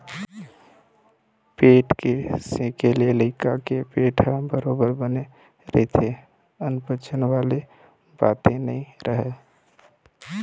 पेट के सेके ले लइका के पेट ह बरोबर बने रहिथे अनपचन वाले बाते नइ राहय